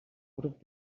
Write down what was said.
grup